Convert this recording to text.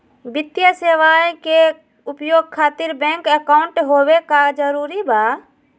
वित्तीय सेवाएं के उपयोग खातिर बैंक अकाउंट होबे का जरूरी बा?